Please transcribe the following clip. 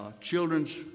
children's